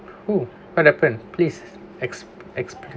who what happened please ex~ expl~